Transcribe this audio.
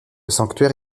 sanctuaire